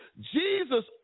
Jesus